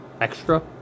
extra